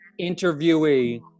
interviewee